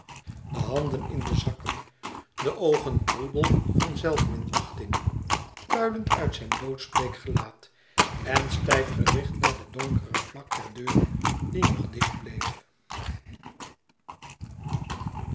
de handen in de zakken de oogen troebel van zelfminachting puilend uit zijn doodsbleek gelaat en stijf gericht naar de donkere vlak der deur die nog dicht bleef